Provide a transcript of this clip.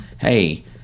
hey